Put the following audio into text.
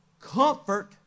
comfort